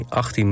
18